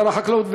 לשר החקלאות.